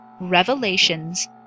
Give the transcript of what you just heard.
Revelations